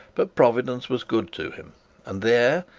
but providence was good to him and there,